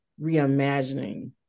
reimagining